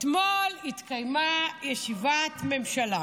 אתמול התקיימה ישיבת ממשלה.